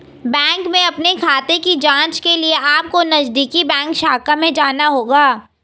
bank में अपने खाते की जांच के लिए अपको नजदीकी बैंक शाखा में जाना होगा